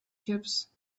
cubes